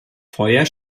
vorher